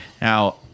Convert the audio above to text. Now